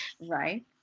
Right